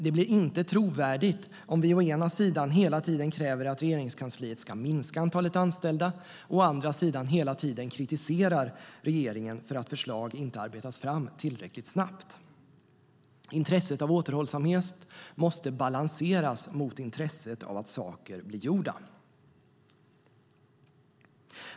Det blir inte trovärdigt om vi å ena sidan hela tiden kräver att Regeringskansliet ska minska antalet anställda och å andra sidan hela tiden kritiserar regeringen för att förslag inte arbetas fram tillräckligt snabbt. Intresset av återhållsamhet måste balanseras mot intresset av att saker blir gjorda.